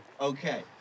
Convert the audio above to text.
Okay